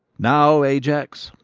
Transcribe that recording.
now, ajax,